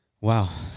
Wow